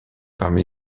parmi